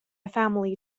family